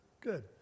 Good